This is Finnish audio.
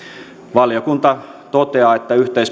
valiokunta toteaa että yhteispalvelu voi olla